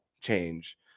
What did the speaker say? change